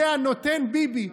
זה הנותן ביבי.